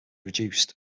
reduced